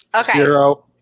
Zero